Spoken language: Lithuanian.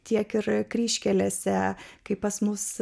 tiek ir kryžkelėse kaip pas mus